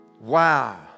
Wow